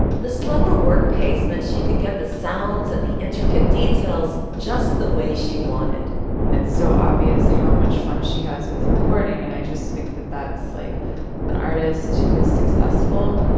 the slower work placements she could get, the sounds and the intricate details just the way she wanted it's so obvious how much fun she has with recording. and i just think that that's like an artist who is successful,